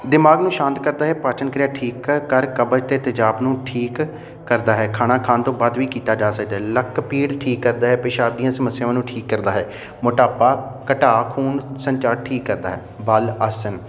ਦਿਮਾਗ ਨੂੰ ਸ਼ਾਂਤ ਕਰਦਾ ਹੈ ਪਾਚਨ ਕਿਰਿਆ ਠੀਕ ਕਰ ਕਰ ਕਬਜ਼ ਅਤੇ ਤੇਜ਼ਾਬ ਨੂੰ ਠੀਕ ਕਰਦਾ ਹੈ ਖਾਣਾ ਖਾਣ ਤੋਂ ਬਾਅਦ ਵੀ ਕੀਤਾ ਜਾ ਸਕਦਾ ਹੈ ਲੱਕ ਪੀੜ ਠੀਕ ਕਰਦਾ ਹੈ ਪਿਸ਼ਾਬ ਦੀਆਂ ਸਮੱਸਿਆਵਾਂ ਨੂੰ ਠੀਕ ਕਰਦਾ ਹੈ ਮੋਟਾਪਾ ਘਟਾ ਖੂਨ ਸੰਚਾਰ ਠੀਕ ਕਰਦਾ ਹੈ ਬੱਲ ਆਸਨ